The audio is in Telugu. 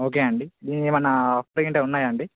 ఓకే అండి దీనికేమైనా అఫ్ పాయింట్స్ ఉన్నాయండి